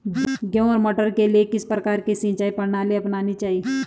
गेहूँ और मटर के लिए किस प्रकार की सिंचाई प्रणाली अपनानी चाहिये?